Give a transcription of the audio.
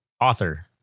author